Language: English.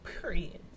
Period